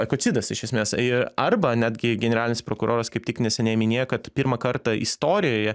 ekocidas iš esmės ir arba netgi generalinis prokuroras kaip tik neseniai minėjo kad pirmą kartą istorijoje